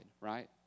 right